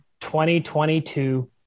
2022